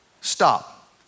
stop